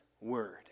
Word